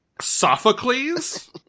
Sophocles